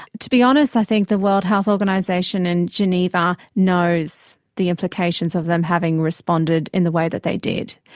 to be honest i think the world health organisation in geneva knows the implications of them having responded in the way that they did.